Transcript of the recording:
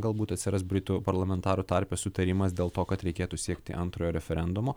galbūt atsiras britų parlamentarų tarpe sutarimas dėl to kad reikėtų siekti antrojo referendumo